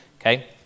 Okay